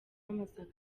amasaka